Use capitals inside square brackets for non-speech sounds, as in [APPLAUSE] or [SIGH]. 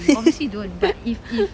[NOISE]